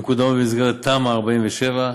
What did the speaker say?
המקודמת במסגרת תמ"א 47,